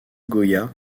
goya